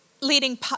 leading